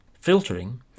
filtering